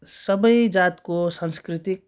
सबै जातको सांस्कृतिक